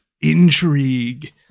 intrigue